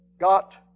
got